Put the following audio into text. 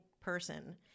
person